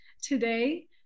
today